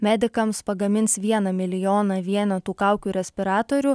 medikams pagamins vieną milijoną vienetų kaukių respiratorių